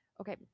Okay